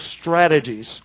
strategies